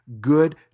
good